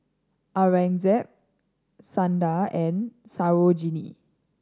Aurangzeb Sundar and Sarojini